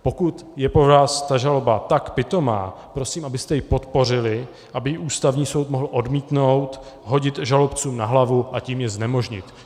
Pokud je pro vás ta žaloba tak pitomá, prosím, abyste ji podpořili, aby ji Ústavní soud mohl odmítnout, hodit žalobcům na hlavu, a tím je znemožnit.